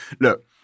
look